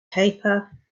paper